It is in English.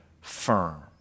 firm